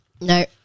no